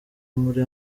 muri